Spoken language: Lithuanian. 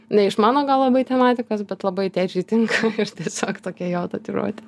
neišmano gal labai tematikos bet labai tėčiui tinka tiesiog tokia jo tatuiruotė